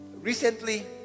recently